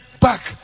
back